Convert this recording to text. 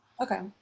okay